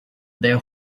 their